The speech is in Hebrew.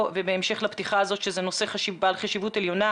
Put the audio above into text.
ובהמשך לפתיחה הזאת שזה נושא בעל חשיבות עליונה,